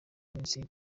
iminsi